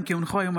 ימין: